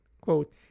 quote